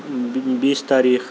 بھی بیس تاریخ